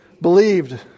Believed